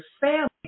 family